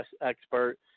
expert